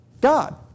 God